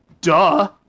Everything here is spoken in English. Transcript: Duh